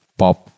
pop